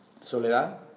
Soledad